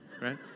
right